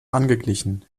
angeglichen